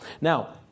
now